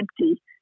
empty